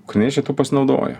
ukrainiečiai tuo pasinaudojo